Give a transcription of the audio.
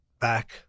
back